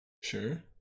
Sure